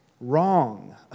wrong